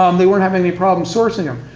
um they weren't having any problem sourcing them.